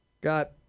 Got